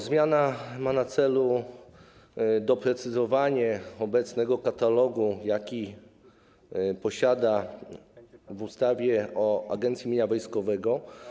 Zmiana ma na celu doprecyzowanie obecnego katalogu, jaki znajduje się w ustawie o Agencji Mienia Wojskowego.